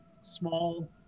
small